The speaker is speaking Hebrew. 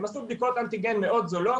הם עשו בדיקות אנטיגן מאוד זולות,